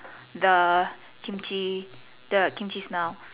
the Kimchi the Kimchi smell